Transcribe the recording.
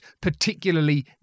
particularly